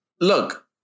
Look